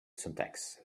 syntax